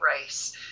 rice